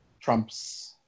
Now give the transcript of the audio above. Trump's